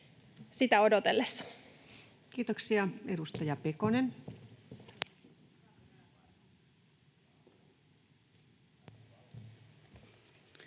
Sitä odotellessa. Kiitoksia. — Edustaja Pekonen.